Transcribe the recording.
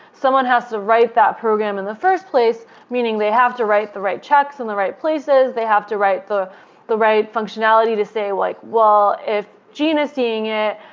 someone has to write that program in the first place, meaning they have to write the right checks in the right places. they have to write the the right functionality to say, like if jean is seeing it,